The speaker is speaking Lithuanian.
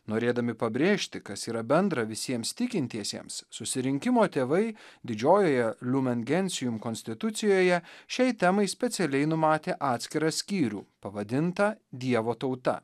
norėdami pabrėžti kas yra bendra visiems tikintiesiems susirinkimo tėvai didžiojoje lumen gentium konstitucijoje šiai temai specialiai numatė atskirą skyrių pavadintą dievo tauta